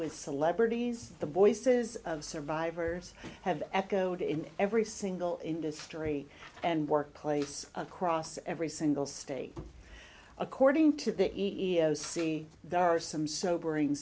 with celebrities the voices of survivors have echoed in every single industry and workplace across every single state according to the e e o c there are some sobering